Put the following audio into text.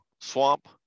swamp